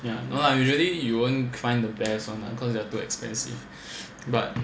yeah no lah usually you won't find the best [one] lah cause they are too expensive but